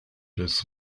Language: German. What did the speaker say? des